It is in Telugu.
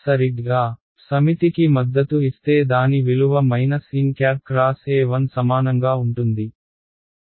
సరిగ్గా సమితికి మద్దతు ఇస్తే దాని విలువ nxE1 సమానంగా ఉంటుంది